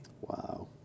Wow